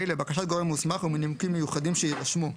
(ה)לבקשת גורם מוסמך ומנימוקים מיוחדים שיירשמו,